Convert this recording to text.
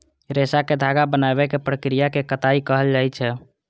रेशा कें धागा बनाबै के प्रक्रिया कें कताइ कहल जाइ छै